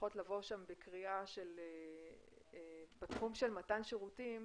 לפחות לבוא שם בקריאה בתחום של מתן שירותים,